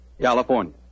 California